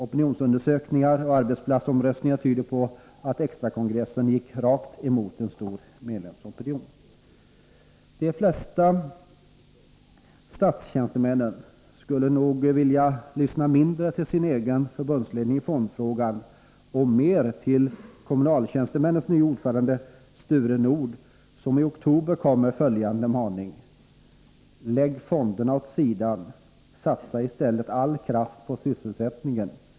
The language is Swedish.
Opinionsundersökningarna och arbetsplatsomröstningarna tyder på att extrakongressen gick rakt emot en stor medlemsopinion. De flesta statstjänstemän skulle nog vilja lyssna mindre till sin egen förbundsledning i fondfrågan och mer till kommunaltjänstemännens nye ordförande Sture Nordh, som i oktober kom med följande maning: ”Lägg fonderna åt sidan. Satsa i stället all kraft på sysselsättningen.